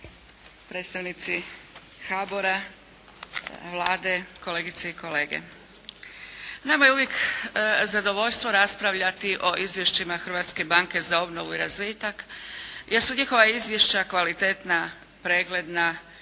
Predstavnici HBOR-a, Vlade, kolegice i kolege. Nama je uvijek zadovoljstvo raspravljati o izvješćima Hrvatske banke za obnovu i razvitak, jer su njihova izvješća kvalitetna, pregledna